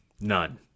None